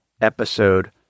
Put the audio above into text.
episode